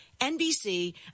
NBC